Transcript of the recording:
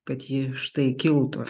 kad ji štai kiltų